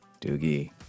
Doogie